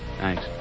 Thanks